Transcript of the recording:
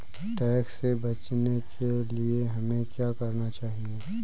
Tax से बचने के लिए हमें क्या करना चाहिए?